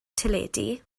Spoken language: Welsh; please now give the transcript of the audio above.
teledu